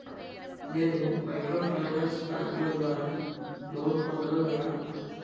నేను మైక్రోఫైనాన్స్ బ్యాంకుల ద్వారా లోన్ పొందడం ఎలా?